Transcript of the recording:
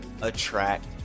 attract